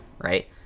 right